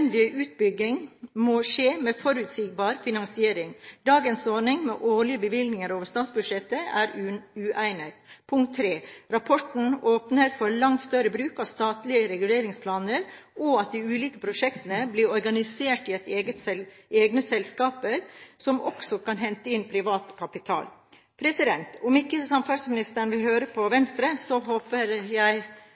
utbygging må skje med forutsigbar finansiering. Dagens ordning med årlige bevilgninger over statsbudsjettet er uegnet. Rapporten åpner for langt større bruk av statlige reguleringsplaner, og at de ulike prosjektene blir organisert i egne selskaper, som også kan hente inn privat kapital. Om ikke samferdselsministeren vil høre på Venstre, håper jeg